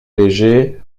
légers